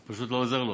זה פשוט לא עוזר לו.